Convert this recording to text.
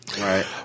Right